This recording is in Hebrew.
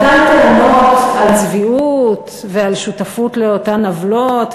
אותן טענות על צביעות ועל שותפות לאותן עוולות,